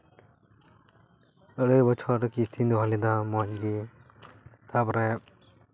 ᱟᱹᱲᱟᱹᱭ ᱵᱚᱪᱷᱚᱨ ᱠᱤᱥᱛᱤᱧ ᱫᱚᱦᱚ ᱞᱮᱫᱟ ᱢᱚᱡᱽ ᱜᱮ ᱛᱟᱯᱚᱨᱮ